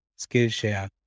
Skillshare